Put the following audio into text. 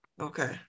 okay